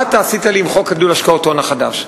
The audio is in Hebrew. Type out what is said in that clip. מה אתה עשית לי עם חוק עידוד השקעות הון החדש?